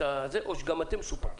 או שגם אתם מסופקים?